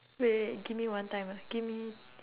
wait wait give me one time ah give me